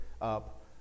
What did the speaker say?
up